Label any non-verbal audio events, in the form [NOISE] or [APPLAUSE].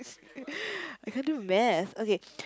[LAUGHS] I can't do math okay